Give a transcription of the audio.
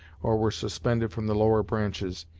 or were suspended from the lower branches,